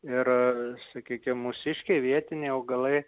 ir sakykim mūsiškiai vietiniai augalai